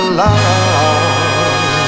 love